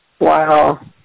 Wow